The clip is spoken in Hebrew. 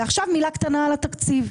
ועכשיו מילה קטנה על התקציב.